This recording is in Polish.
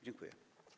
Dziękuję.